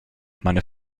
meine